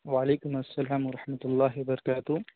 وعلیکم السلام ورحمۃ اللہ وبرکاتہ